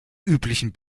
üblichen